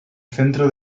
centro